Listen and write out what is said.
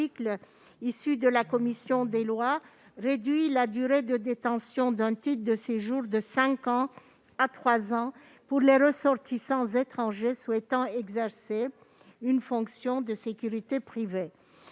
issue de la commission des lois, réduit la durée de détention d'un titre de séjour de cinq ans à trois ans pour les ressortissants étrangers souhaitant exercer une fonction de sécurité privée.